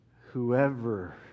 Whoever